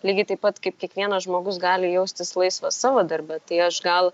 lygiai taip pat kaip kiekvienas žmogus gali jaustis laisvas savo darbe tai aš gal